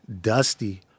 Dusty